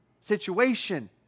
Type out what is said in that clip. situation